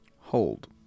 Hold